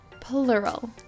plural